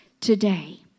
today